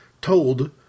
told